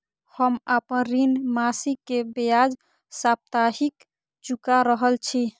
हम आपन ऋण मासिक के ब्याज साप्ताहिक चुका रहल छी